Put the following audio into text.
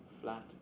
flat